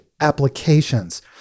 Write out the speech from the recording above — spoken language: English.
Applications